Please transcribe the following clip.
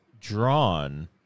drawn